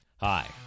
Hi